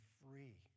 free